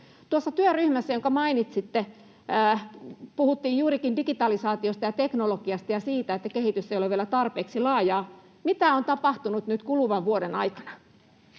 Tuossa työryhmässä, jonka mainitsitte, puhuttiin juurikin digitalisaatiosta ja teknologiasta ja siitä, että kehitys ei ole vielä tarpeeksi laajaa. Mitä on tapahtunut nyt kuluvan vuoden aikana?